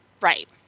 Right